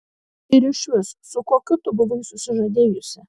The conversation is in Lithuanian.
ir išvis su kokiu tu buvai susižadėjusi